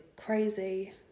crazy